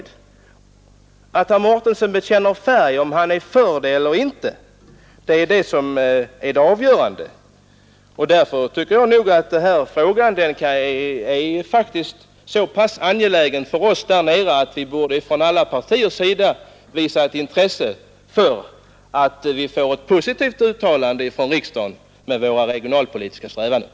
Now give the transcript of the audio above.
De vill att herr Mårtensson skall bekänna färg och säga om han är för en tågfärjeförbindelse eller inte. Det är det avgörande. Den här frågan är faktiskt så pass angelägen för oss där nere att vi borde från alla partiers sida visa intresse för att få ett positivt jakande uttalande från riksdagen när det gäller våra regionalpolitiska strävanden.